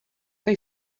they